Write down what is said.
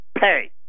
pay